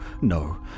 No